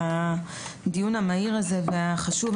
על הדיון המהיר והחשוב הזה.